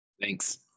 thanks